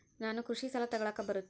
ನಾನು ಕೃಷಿ ಸಾಲ ತಗಳಕ ಬರುತ್ತಾ?